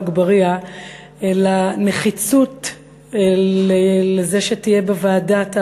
אגבאריה לנחיצות של זה שתהיה בוועדת העבודה,